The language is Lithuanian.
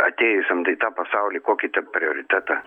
atėjusiam tai tą pasaulį kokį te prioritetą